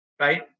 Right